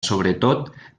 sobretot